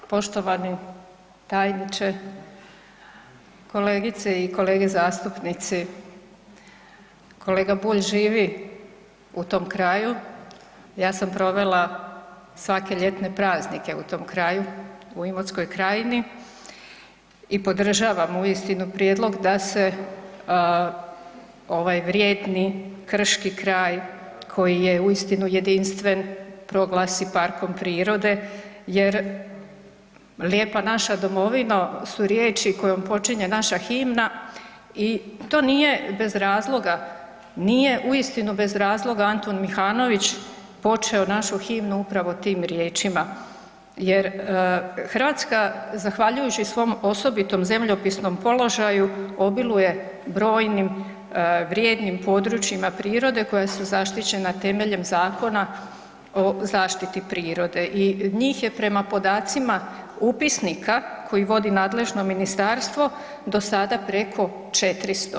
Poštovani tajniče, kolegice i kolege zastupnici, kolega Bulj živi u tom kraju ja sam provela svake ljetne praznike u tom kraju u Imotskoj krajini i podržavam uistinu prijedlog da se ovaj vrijedni krški kraj koji je uistinu jedinstven proglasi parkom prirode jer lijepa naša domovino su riječi kojim počinje naša himna i to nije bez razloga, nije uistinu bez razloga Antun Mihanović počeo našu himnu upravo tim riječima jer Hrvatska zahvaljujući svom osobitom zemljopisnom položaju obiluje brojnim vrijednim područjima prirode koja su zaštićena temeljem Zakona o zaštiti prirode i njih je prema podacima upisnika koje vodi nadležno ministarstvo do sada preko 400.